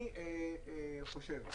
אני חושב שאם,